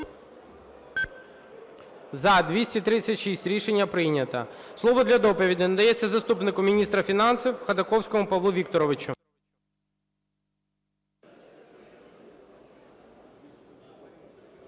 За-236 Рішення прийнято. Слово для доповіді надається заступнику міністра фінансів Ходаковському Павлу Вікторовичу.